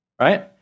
right